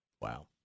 Wow